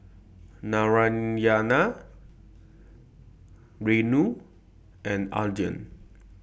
Narayana Renu and Anand